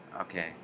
Okay